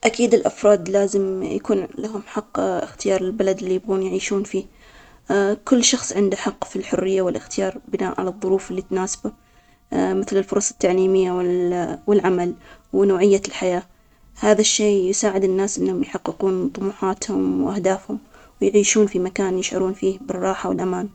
أكيد الأفراد لازم يكون لهم حق إختيار البلد اللي يبغون يعيشون فيه، كل شخص عنده حق في الحرية والإختيار بناء على الظروف اللي تناسبه مثل الفرص التعليمية وال- والعمل ونوعية الحياة، هذا الشي يساعد الناس إنهم يحققون طموحاتهم وأهدافهم ويعيشون في مكان يشعرون فيه بالراحة والأمان.